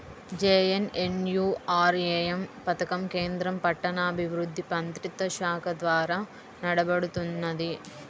JNNURM పథకం కేంద్ర పట్టణాభివృద్ధి మంత్రిత్వశాఖ ద్వారా నడపబడుతున్నది